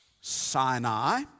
Sinai